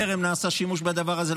טרם נעשה שימוש בדבר הזה,